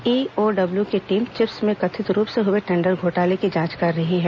EOW की team chips में कथित रूप से हए टेंडर घोटाले की जांच कर रही है